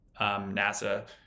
NASA